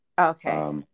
Okay